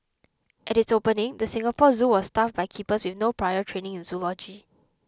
at its opening the Singapore Zoo was staffed by keepers with no prior training in zoology